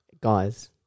Guys